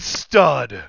stud